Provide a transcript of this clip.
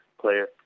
player